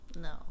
No